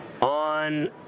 on